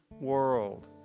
world